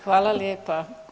Hvala lijepa.